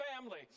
family